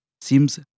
seems